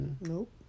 Nope